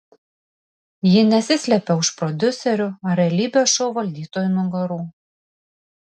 ji nesislėpė už prodiuserių ar realybės šou valdytojų nugarų